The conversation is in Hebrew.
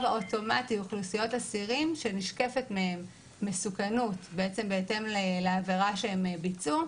האוטומטי אוכלוסיות אסירים שנשקפת מהם מסוכנות בהתאם לעבירה שהם ביצעו.